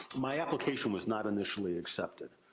my application was not initially accepted,